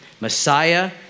Messiah